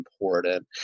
important